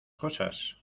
cosas